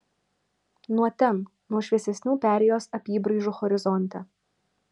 nuo ten nuo šviesesnių perėjos apybraižų horizonte